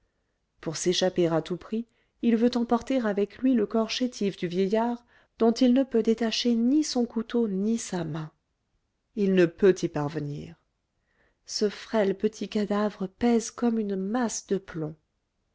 pour s'échapper à tout prix il veut emporter avec lui le corps chétif du vieillard dont il ne peut détacher ni son couteau ni sa main il ne peut y parvenir ce frêle petit cadavre pèse comme une masse de plomb